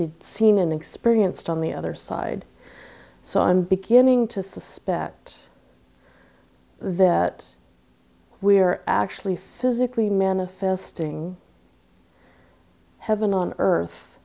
they'd seen and experienced on the other side so i'm beginning to suspect that we are actually physically manifesting heaven on earth